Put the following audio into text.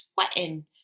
sweating